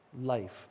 life